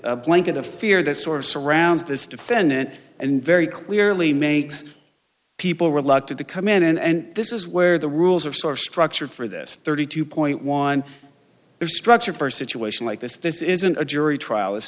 a blanket of fear that sort of surrounds this defendant and very clearly makes people reluctant to come in and this is where the rules are sort of structured for this thirty two point one is structured for a situation like this this isn't a jury trial i